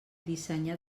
dissenyar